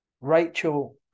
Rachel